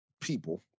people